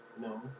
No